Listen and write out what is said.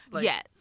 Yes